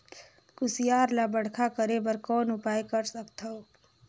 कुसियार ल बड़खा करे बर कौन उपाय कर सकथव?